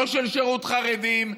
לא של שירות חרדים,